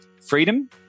freedom